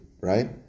right